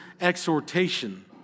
exhortation